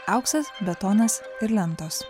auksas betonas ir lentos